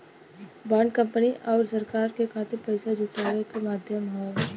bond company आउर सरकार के खातिर पइसा जुटावे क माध्यम हौ